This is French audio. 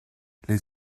les